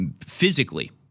physically